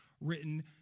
written